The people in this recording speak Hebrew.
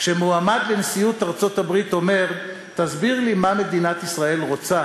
כשמועמד לנשיאות ארצות-הברית אומר: תסביר לי מה מדינת ישראל רוצה,